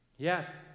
Yes